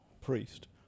priest